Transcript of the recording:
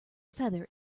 feather